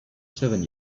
seven